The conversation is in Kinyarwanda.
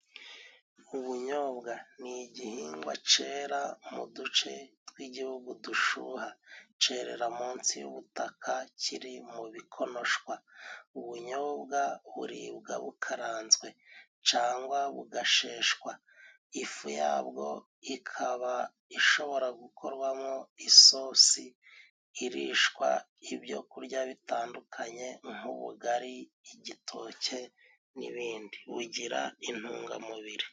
Ubunyobwa ni igihingwa cera mu duce tw'igihugu dushuha cerera munsi y'ubutaka kiri mu bikonoshwa. Ubunyobwa buribwa bukaranzwe cangwa bugasheshwa, ifu yabwo ikaba ishobora gukorwamo isosi irishwa ibyo kurya bitandukanye nk'ubugari, igitoke n'ibindi... Bugira intungamubiri.